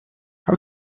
how